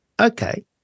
okay